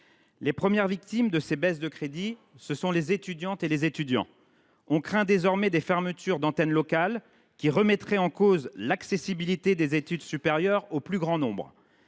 Les premières victimes de ces baisses de crédits, ce sont les étudiantes et les étudiants. On craint désormais des fermetures d’antennes locales, qui remettraient en cause l’accessibilité des études supérieures au plus grand nombre.